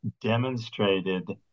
demonstrated